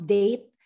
date